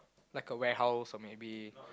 like a warehouse or maybe